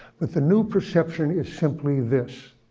but the new perception is simply this,